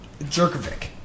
Jerkovic